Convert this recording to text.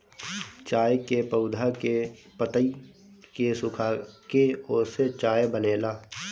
चाय के पौधा के पतइ के सुखाके ओसे चाय बनेला